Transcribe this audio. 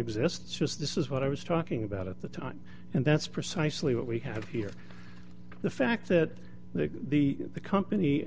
exist just this is what i was talking about at the time and that's precisely what we have here the fact that the the the company